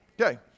Okay